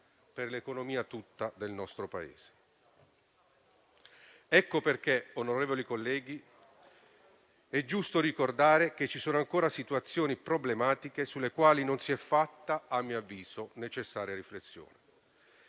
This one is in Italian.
l'economia del nostro Paese. Ecco perché, onorevoli colleghi, è giusto ricordare che ci sono ancora situazioni problematiche, sulle quali non si è fatta, a mio avviso, necessaria riflessione.